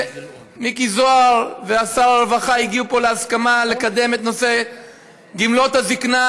מיקי זוהר ושר הרווחה הגיעו להסכמה לקדם את נושא גמלאות הזקנה,